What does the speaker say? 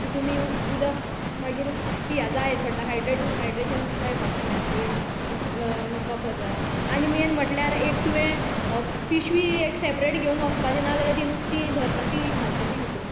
की तुमी उदक मागीर पिया जाय पडटा हायड्रेट हायड्रेशन जाय पडटा त्यातीर उद वापर करा आनी मेन म्हटल्यार एक तुंवें पिशवी एक सॅपरेट घेवन वोसपाचें नाजाल्या तीं नुस्तीं धरता तीं घालतलीं खितून